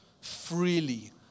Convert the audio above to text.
Freely